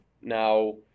Now